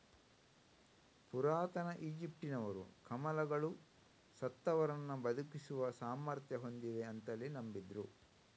ಪುರಾತನ ಈಜಿಪ್ಟಿನವರು ಕಮಲಗಳು ಸತ್ತವರನ್ನ ಬದುಕಿಸುವ ಸಾಮರ್ಥ್ಯ ಹೊಂದಿವೆ ಅಂತಲೇ ನಂಬಿದ್ರು